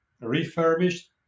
refurbished